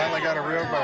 finally got a real